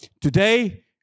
today